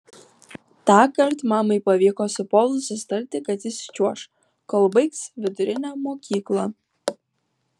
tąkart mamai pavyko su povilu susitarti kad jis čiuoš kol baigs vidurinę mokyklą